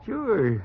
Sure